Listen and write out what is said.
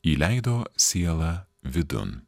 įleido sielą vidun